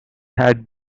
had